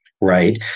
right